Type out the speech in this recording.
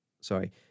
Sorry